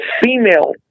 female